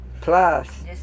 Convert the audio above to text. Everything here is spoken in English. Plus